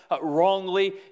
wrongly